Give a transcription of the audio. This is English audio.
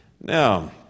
Now